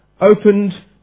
opened